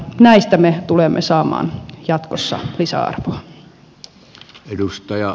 näistä me tulemme saamaan jatkossa lisäarvoa